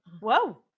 Whoa